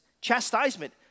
chastisement